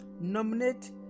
nominate